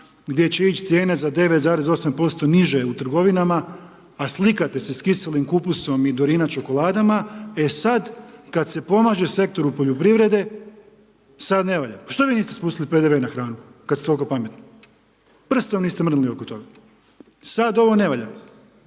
gdje će ići cijene za 9,8% niže u trgovinama, a slikate se s kiselim kupusom i Dorina čokoladama, e sada kada se pomaže sektoru poljoprivrede sad ne valja. Što vi niste spustili PDV-e na hranu kada ste toliko pametni? Prstom niste mrdnuli oko toga. Sada ovo ne valja.